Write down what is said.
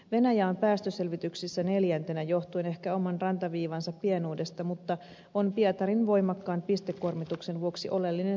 venäjä on päästöselvityksissä neljäntenä johtuen ehkä oman rantaviivansa pienuudesta mutta on pietarin voimakkaan pistekuormituksen vuoksi oleellinen saastuttaja